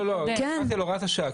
לא, לא, דיברתי על הוראת השעה.